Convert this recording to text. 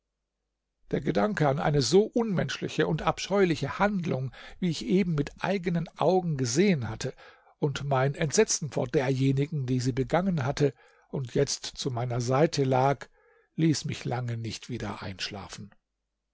der gedanke an eine so unmenschliche und abscheuliche handlung wie ich eben mit eigenen augen gesehen hatte und mein entsetzen vor derjenigen die sie begangen hatte und jetzt zu meiner seite lag ließ mich lange nicht wieder einschlafen